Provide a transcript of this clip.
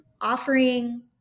offering